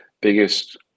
biggest